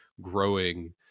growing